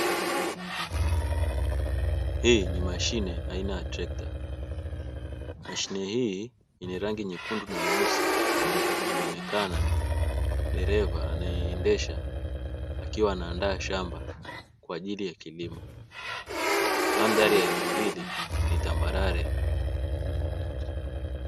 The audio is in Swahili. Hii ni mashine aina ya trekta, mashine hii yenye rangi nyeusi na nyekundu inaonekana dereva anayeendesha akiwa anaandaa shamba kwa ajili ya kilimo, mandhari ya eneo hili ni tambarare.